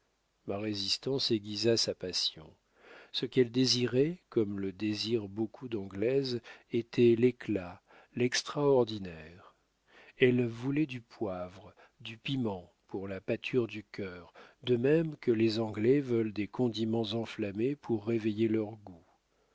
ma résistance aiguisa sa passion ce qu'elle désirait comme le désirent beaucoup d'anglaises était l'éclat l'extraordinaire elle voulait du poivre du piment pour la pâture du cœur de même que les anglais veulent des condiments enflammés pour réveiller leur goût